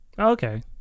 okay